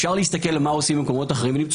אפשר להסתכל מה עושים במקומות אחרים ולמצוא